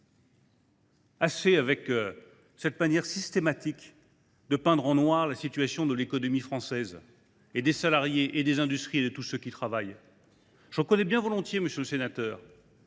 Assez de cette manière systématique de peindre en noir la situation de l’économie française, des salariés, des industries et de tous ceux qui travaillent ! Je reconnais bien volontiers, monsieur le sénateur,